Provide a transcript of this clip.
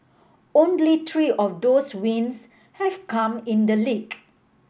only tree of those wins have come in the leek